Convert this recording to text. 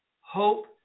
hope